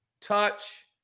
Touch